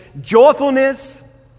joyfulness